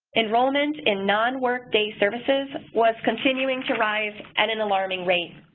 enrollment in nonwork day services was continuing to rise and an alarming rate.